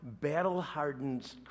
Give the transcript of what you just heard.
battle-hardened